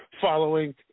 following